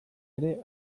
ere